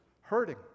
hurting